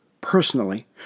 personally